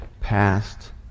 past